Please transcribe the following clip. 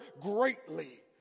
greatly